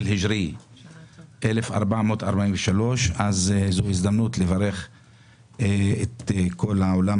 שנת 1443. זו הזדמנות לברך את כל העולם